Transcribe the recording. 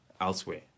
elsewhere